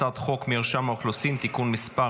הצעת חוק מרשם האוכלוסין (תיקון מס'